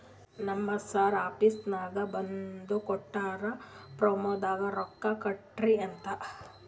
ನಮ್ ಸರ್ ಆಫೀಸ್ನಾಗ್ ಬರ್ದು ಕೊಟ್ಟಾರ, ಪ್ರಮೋದ್ಗ ರೊಕ್ಕಾ ಕೊಡ್ರಿ ಅಂತ್